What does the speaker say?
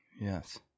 Yes